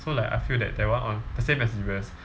so like I feel that that one on the same as U_S